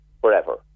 forever